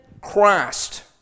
Christ